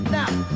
Now